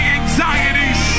anxieties